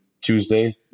Tuesday